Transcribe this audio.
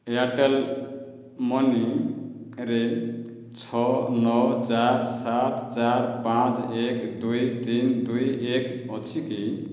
Airtel ମନିରେ ଛଅ ନଅ ଚାରି ସାତ ଚାରି ପାଞ୍ଚ ଏକ ଦୁଇ ତିନି ଦୁଇ ଏକ ଅଛି କି